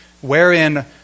wherein